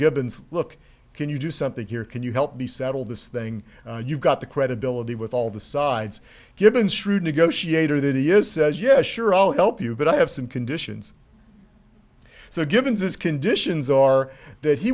gibbons look can you do something here can you help me settle this thing you've got the credibility with all the sides you've been through negotiator that he is says yes sure i'll help you but i have some conditions so givens is conditions are that he